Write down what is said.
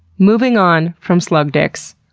moving on from slug dicks.